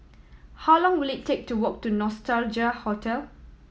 how long will it take to walk to Nostalgia Hotel